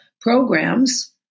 programs